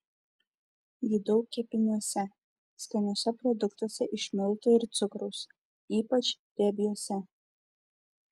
jų daug kepiniuose skaniuose produktuose iš miltų ir cukraus ypač riebiuose